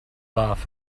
love